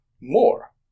more